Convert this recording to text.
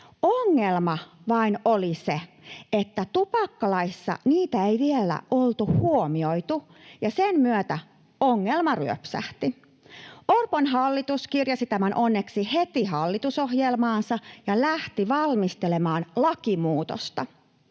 Ongelma vain oli se, että tupakkalaissa niitä ei vielä oltu huomioitu, ja sen myötä ongelma ryöpsähti. Orpon hallitus kirjasi tämän onneksi heti hallitusohjelmaansa ja lähti valmistelemaan lakimuutosta.